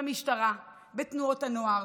במשטרה, בתנועות הנוער,